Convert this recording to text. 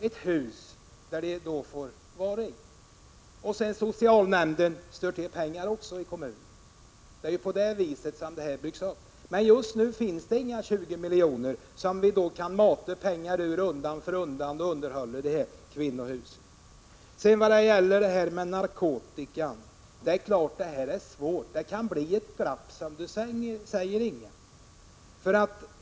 när det gäller att ordna lokaler. Även socialnämnden i kommunen bidrar med pengar. Det är på det sättet man bygger upp en verksamhet. Men just nu finns det alltså inga 20 miljoner som vi undan för undan kan ta av för underhåll av ett kvinnohus. Det är klart att det här med narkotikan är ett svårt problem. Jag håller med om att det kan bli ”glapp”, som Inga Lantz här säger.